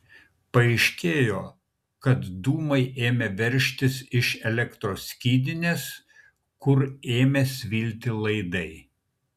paaiškėjo kad dūmai ėmė veržtis iš elektros skydinės kur ėmė svilti laidai